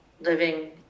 living